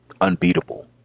unbeatable